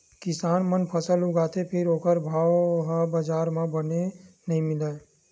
किसान मन फसल उगाथे फेर ओखर भाव ह बजार म बने नइ मिलय